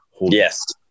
yes